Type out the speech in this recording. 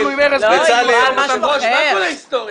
רגע, אין פה קריאה ראשונה?